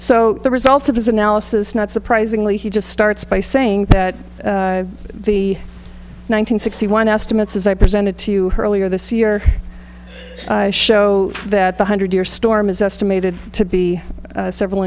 so the results of his analysis not surprisingly he just starts by saying that the one hundred sixty one estimates as i presented to her earlier this year show that the hundred year storm is estimated to be several